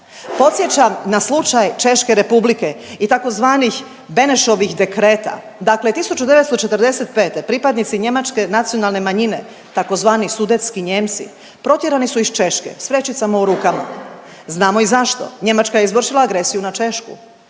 Podsjećam na slučaj Češke Republike i tzv. Benešovih dekreta. Dakle, 1945. pripadnici njemačke nacionalne manjine tzv. Sudetski Nijemci protjerani su iz Češke s vrećicama u rukama. Znamo i zašto. Njemačka je izvršila agresiju na Češku.